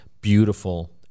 beautiful